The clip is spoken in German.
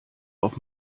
auf